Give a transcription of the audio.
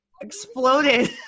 exploded